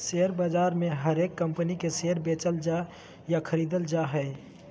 share बाजार मे हरेक कम्पनी के शेयर बेचल या खरीदल जा हय